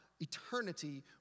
eternity